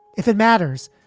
if it matters,